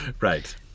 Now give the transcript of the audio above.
right